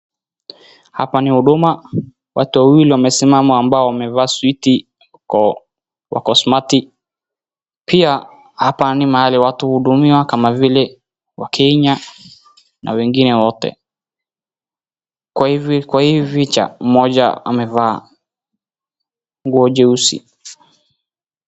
Hapa ni huduma. Watu wawili wamesimama ambao wamevaa suti wako smarti . Pia hapa ni mahali watu hudumiwa kama vile Wakenya na wengine wote. Kwa hivi picha mmoja amevaa nguo nyeusi.